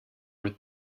with